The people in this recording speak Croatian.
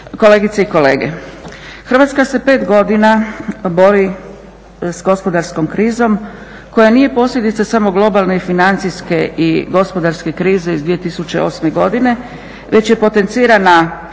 kolegice i kolege. Hrvatska se pet godina bori s gospodarskom krizom koja nije posljedica samo globalne financijske i gospodarske krize iz 2008. godine, već je potencirana